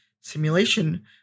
simulation